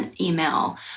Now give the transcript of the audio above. email